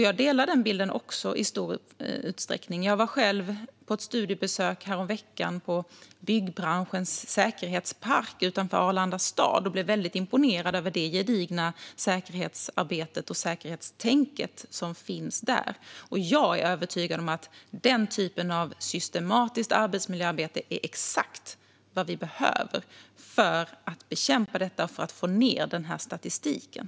Jag delar i stor utsträckning den bilden. Jag var själv på ett studiebesök häromveckan på Byggbranschens Säkerhetspark utanför Arlandastad, och jag blev imponerad av det gedigna säkerhetsarbetet och säkerhetstänket där. Jag är övertygad om att den typen av systematiskt arbetsmiljöarbete är exakt vad vi behöver för att sänka statistiken.